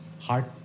hard